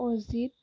Ajit